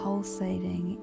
Pulsating